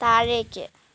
താഴേക്ക്